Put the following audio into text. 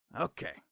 Okay